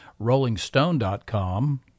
rollingstone.com